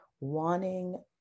wanting